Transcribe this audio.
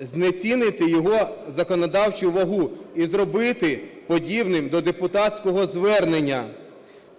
знецінити його законодавчу вагу і зробити подібним до депутатського звернення.